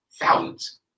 Thousands